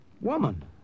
Woman